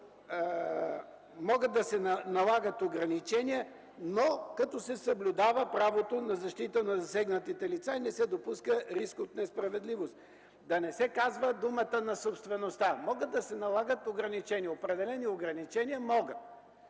1 могат да се налагат ограничения на собствеността, но като се съблюдава правото на защита на засегнатите лица и не се допуска риск от несправедливост”, да не се казва думата „на собствеността”. Могат да се налагат ограничения, определени ограничения могат